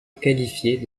qualifier